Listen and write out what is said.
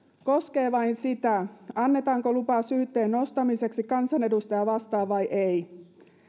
koskee vain sitä annetaanko lupa syytteen nostamiseksi kansanedustajaa vastaan vai ei